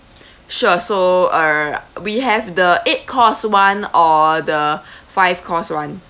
sure so err we have the eight course one or the five course one